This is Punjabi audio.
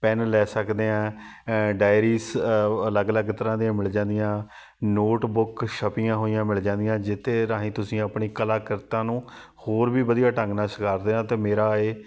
ਪੈੱਨ ਲੈ ਸਕਦੇ ਹਾਂ ਡਾਇਰੀਸ ਅਲੱਗ ਅਲੱਗ ਤਰ੍ਹਾਂ ਦੀਆਂ ਮਿਲ ਜਾਂਦੀਆਂ ਨੋਟ ਬੁੱਕ ਛਪੀਆਂ ਹੋਈਆਂ ਮਿਲ ਜਾਂਦੀਆਂ ਜਿੱਥੇ ਰਾਹੀਂ ਤੁਸੀਂ ਆਪਣੀ ਕਲਾ ਕ੍ਰਿਤਾਂ ਨੂੰ ਹੋਰ ਵੀ ਵਧੀਆ ਢੰਗ ਨਾਲ ਸ਼ਿੰਗਾਰ ਦੇ ਹਾਂ ਅਤੇ ਮੇਰਾ ਇਹ